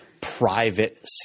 private